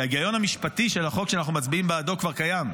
כי ההיגיון המשפטי של החוק שאנחנו מצביעים בעדו כבר קיים.